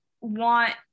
want